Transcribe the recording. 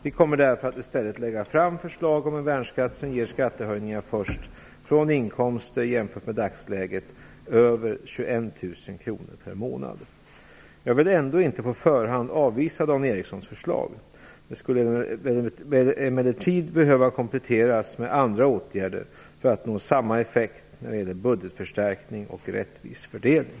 Vi kommer därför att i stället lägga fram förslag om en värnskatt som ger skattehöjningar först från inkomster, i dagsläget, över 21 000 kr per månad. Jag vill ändå inte på förhand avvisa Dan Ericssons förslag. Det skulle emellertid behöva kompletteras med andra åtgärder för att nå samma effekt när det gäller budgetförstärkning och rättvis fördelning.